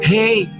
hey